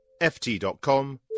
ft.com